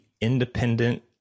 independent